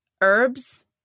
herbs